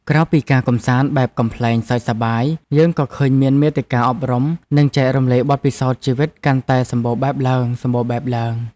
ក្រៅពីការកម្សាន្តបែបកំប្លែងសើចសប្បាយ យើងក៏ឃើញមានមាតិកាអប់រំ និងចែករំលែកបទពិសោធន៍ជីវិតកាន់តែសម្បូរបែបឡើង។